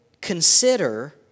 consider